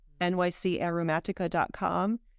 nycaromatica.com